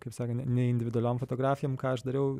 kaip sakant ne individualiom fotografijom ką aš dariau